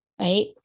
right